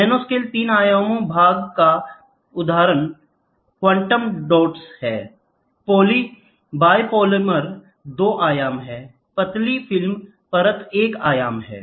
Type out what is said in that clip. nanoscale तीन आयाम भाग का उदाहरण क्वांटम डॉट्स है बायोपॉलिमर दो आयाम हैं पतली फिल्म परत एक आयाम है